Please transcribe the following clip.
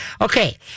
Okay